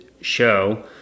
show